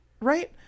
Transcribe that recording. Right